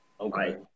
Okay